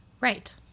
Right